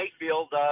Mayfield